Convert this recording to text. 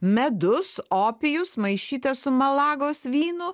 medus opijus maišytas su malagos vynu